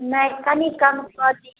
नहि कनी कम कऽ दिऔ